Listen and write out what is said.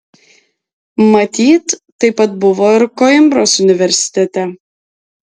matyt taip pat buvo ir koimbros universitete